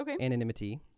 anonymity